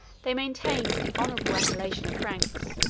they maintained the honorable appellation of franks,